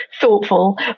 thoughtful